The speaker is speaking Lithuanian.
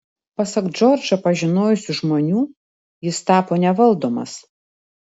pasak džordžą pažinojusių žmonių jis tapo nevaldomas